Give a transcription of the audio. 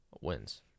wins